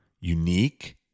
unique